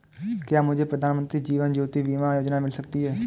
क्या मुझे प्रधानमंत्री जीवन ज्योति बीमा योजना मिल सकती है?